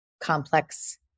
complex